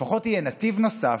לפחות יהיה נתיב נוסף,